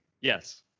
Yes